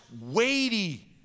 weighty